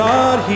God